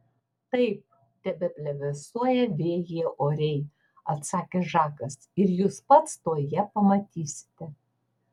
taip tebeplevėsuoja vėjyje oriai atsakė žakas ir jūs pats tuoj ją pamatysite